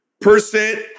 percent